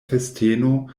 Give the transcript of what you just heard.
festeno